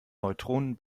neutronen